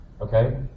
okay